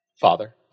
Father